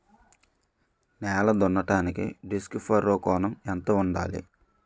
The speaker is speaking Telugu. నేల దున్నడానికి డిస్క్ ఫర్రో కోణం ఎంత ఉండాలి?